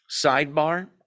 Sidebar